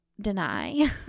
deny